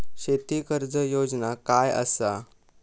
शेती कर्ज योजना काय असा?